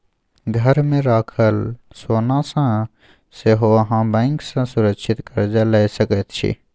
घरमे राखल सोनासँ सेहो अहाँ बैंक सँ सुरक्षित कर्जा लए सकैत छी